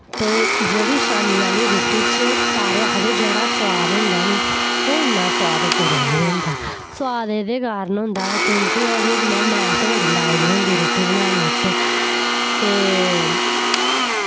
ते जेह्ड़ी शामीं आह्ली रुट्टी च सारे आखदे जेह्ड़ा सोआद होंदा निं ओह् इन्ना सोआद कुतै निं होंदा सोआद एह्दे कारण होंदा क्यूंकि ओह्दे च मैं मैह्नत बड़ी लाई दी होंदी रुट्टी बनाने च ते